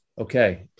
okay